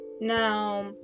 Now